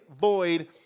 void